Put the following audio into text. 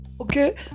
Okay